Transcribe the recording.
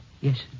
Yes